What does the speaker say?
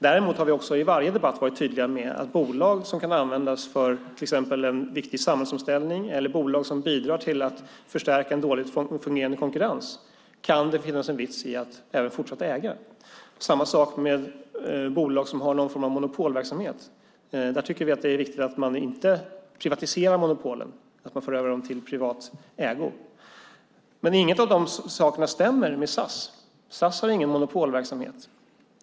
Däremot har vi i varje debatt också varit tydliga med att bolag som kan användas för till exempel en viktig samhällsomställning eller som bidrar till att förstärka en dåligt fungerande konkurrens kan det finnas en vits med att även fortsatt äga. Det är samma sak med bolag som har någon form av monopolverksamhet. Vi tycker att det är viktigt att man inte privatiserar monopolen och för över dem till privat ägo. Men inget av detta stämmer in på SAS. SAS har ingen monopolverksamhet.